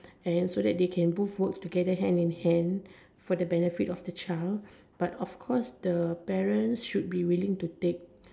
and so that they can both work together hand in hand for the benefit of the child but of course the parent should be willing to take